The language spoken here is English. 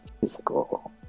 physical